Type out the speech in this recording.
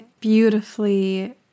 beautifully